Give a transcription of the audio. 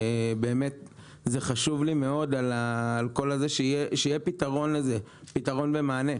חשוב לי מאוד שיהיה לזה פתרון ומענה.